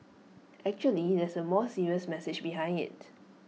actually there's A more serious message behind IT